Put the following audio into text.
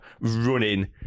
running